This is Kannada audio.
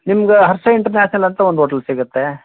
ನಿಮ್ಗೆ ಹರ್ಷ ಇಂಟರ್ನ್ಯಾಷನಲ್ ಅಂತ ಒಂದು ಹೋಟೆಲ್ ಸಿಗುತ್ತೆ